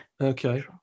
okay